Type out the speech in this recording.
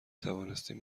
توانستیم